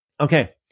Okay